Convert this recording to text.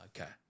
okay